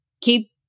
keep